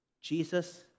Jesus